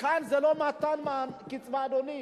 כאן זה לא מתן קצבה, אדוני.